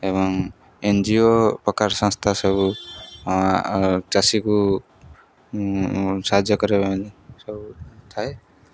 ଏବଂ N G O ପ୍ରକାର ସଂସ୍ଥା ସବୁ ଚାଷୀକୁ ସାହାଯ୍ୟ କରିବା ସବୁ ଥାଏ